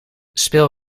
speel